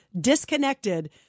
disconnected